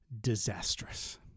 disastrous